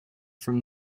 from